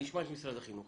אני אשמע את משרד החינוך